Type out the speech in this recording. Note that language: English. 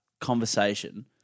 Conversation